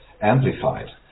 amplified